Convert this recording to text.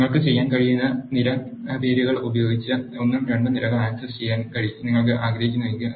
നിങ്ങൾക്ക് ചെയ്യാൻ കഴിയുന്ന നിര പേരുകൾ ഉപയോഗിച്ച് ഒന്നും രണ്ടും നിരകൾ ആക്സസ് ചെയ്യാൻ നിങ്ങൾ ആഗ്രഹിക്കുന്നുവെങ്കിൽ